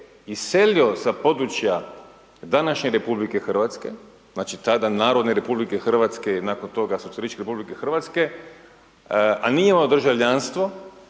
iselio sa područja današnje RH, znači tada Narodne Republike Hrvatske i nakon toga Socijalističke Republike Hrvatske a nije imao državljanstvo